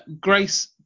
grace